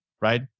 right